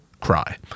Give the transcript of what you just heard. cry